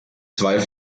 zwei